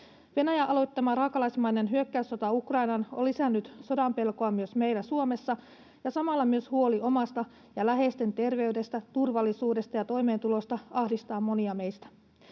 Venäjän aloittama raakalaismainen hyökkäyssota Ukrainassa on lisännyt sodan pelkoa myös meillä Suomessa, ja samalla myös huoli omasta ja läheisten terveydestä, turvallisuudesta ja toimeentulosta ahdistaa monia meistä.